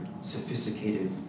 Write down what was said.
sophisticated